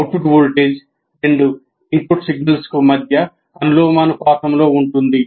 output voltage రెండు input signals మధ్య దశకు అనులోమానుపాతంలో ఉంటుంది